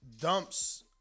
dumps